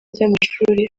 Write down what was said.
by’amashuri